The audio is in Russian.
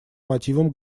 мотивам